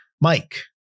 Mike